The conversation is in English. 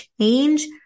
change